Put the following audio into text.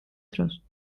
დროს